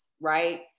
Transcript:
right